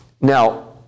Now